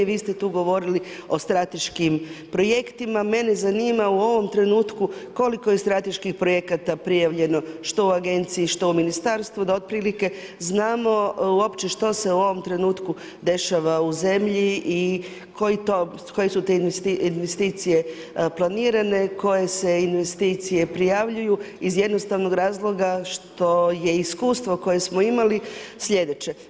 Vi ste tu govorili o strateškim projektima, mene zanima u ovom trenutku koliko je strateških projekata prijavljeno što u agenciji, što u ministarstvu da otprilike znamo uopće što se u ovom trenutku dešava u zemlji i koje su te investicije planirane, koje se investicije prijavljuju iz jednostavnog razloga što je iskustvo koje smo imali slijedeće.